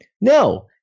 No